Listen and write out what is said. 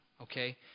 okay